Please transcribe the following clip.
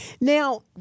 Now